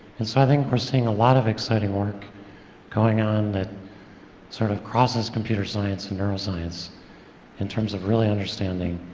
and so i think we're seeing a lot of exciting work going on that sort of crosses computer science and neuroscience in terms of really understanding